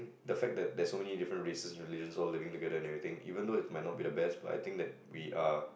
the fact that there's so many different races and religions all living together and everything even though it might not be the best but I think that we are